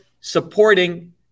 supporting